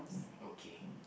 okay